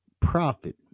profit